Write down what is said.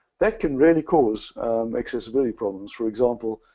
that can really cause accessibility problems. for example,